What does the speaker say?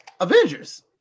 Avengers